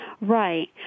Right